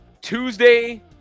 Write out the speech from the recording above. Tuesday